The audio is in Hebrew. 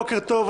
בוקר טוב,